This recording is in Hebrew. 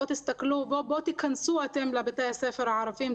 בואו תיכנסו אתם לבתי הספר הערבים,